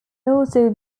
also